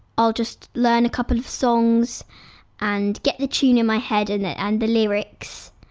i'll just learn a couple of songs and get the tune in my head and and the lyrics,